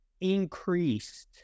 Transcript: increased